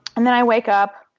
and then i wake up,